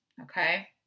Okay